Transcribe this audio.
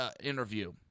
interview